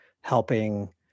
helping